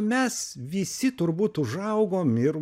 mes visi turbūt užaugom ir